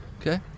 Okay